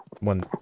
one